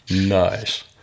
Nice